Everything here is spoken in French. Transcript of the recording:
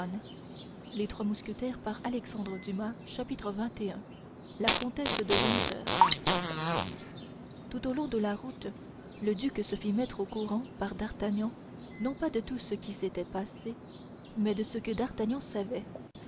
chapitre xxi la comtesse de winter tout le long de la route le duc se fit mettre au courant par d'artagnan non pas de tout ce qui s'était passé mais de ce que d'artagnan savait